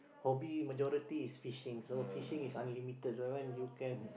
hobby majority is fishing so fishing is unlimited so when you can